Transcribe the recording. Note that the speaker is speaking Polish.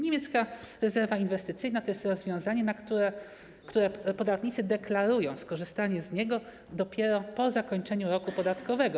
Niemiecka rezerwa inwestycyjna to jest rozwiązanie, zgodnie z którym podatnicy deklarują skorzystanie z niego dopiero po zakończeniu roku podatkowego.